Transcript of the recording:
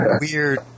weird